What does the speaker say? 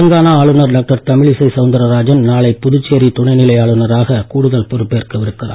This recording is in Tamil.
தெலங்கானா ஆளுநர் டாக்டர் தமிழிசை சவுந்தராஜன் நாளை புதுச்சேரி துணைநிலை ஆளுநராக கூடுதல் பொறுப்பேற்க இருக்கிறார்